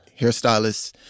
hairstylists